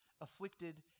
afflicted